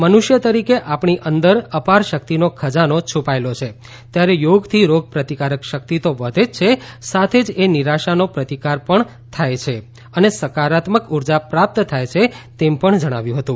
મનુષ્ય તરીકે આપણી અંદર અપાર શક્તિનો ખજાનો છુપાયેલો છે ત્યારે યોગથી રોગ પ્રતિકારક શક્તિ તો વધે જ છે સાથે જ એ નિરાશાનો પ્રતિકાર પણ થાય છે અને સકારાત્મક ઊર્જા પ્રાપ્ત થાય છે એમ તેમણે કહ્યું હતું